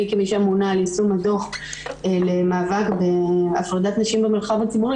אני כמי שאמונה על יישום הדוח למאבק בהפרדת נשים במרחב הציבורי,